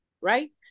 right